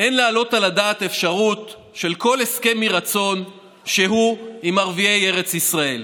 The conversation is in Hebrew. "אין להעלות על הדעת אפשרות של כל הסכם מרצון שהוא עם ערביי ארץ ישראל.